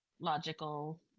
logical